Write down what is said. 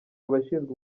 abashinzwe